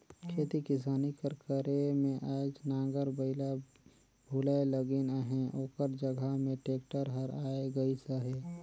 खेती किसानी कर करे में आएज नांगर बइला भुलाए लगिन अहें ओकर जगहा में टेक्टर हर आए गइस अहे